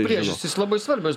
priežastys labai svarbios